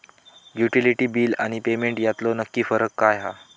Utility बिला आणि payment यातलो नक्की फरक काय हा?